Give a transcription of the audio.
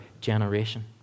generation